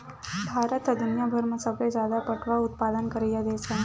भारत ह दुनियाभर म सबले जादा पटवा उत्पादन करइया देस हरय